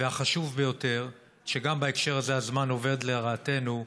והחשוב ביותר, שגם בהקשר הזה הזמן עובד לרעתנו,